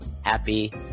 Happy